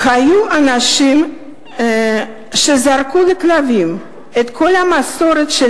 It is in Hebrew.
היו אנשים שזרקו לכלבים את כל המסורת של